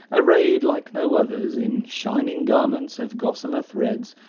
arrayed like no others, in shining garments of gossamer threads,